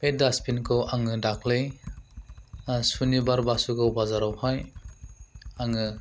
बे डास्टबिनखौ आङो दाख्लै शुनिबार बासुगाव बाजारावहाय आङो